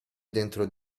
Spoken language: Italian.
dentro